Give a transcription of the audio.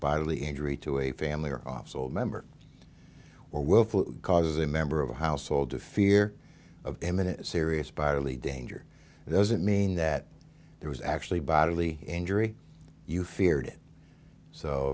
bodily injury to a family or off sole member or willfully causes a member of a household to fear of imminent serious bodily danger doesn't mean that there was actually bodily injury you feared so